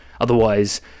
Otherwise